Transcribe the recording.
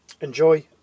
enjoy